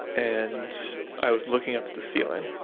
and i was looking up at the ceiling.